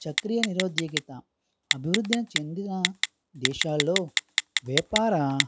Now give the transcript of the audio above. చక్రియ నిరుద్యోగిత అభివృధి చెందిన దేశాల్లో వ్యాపార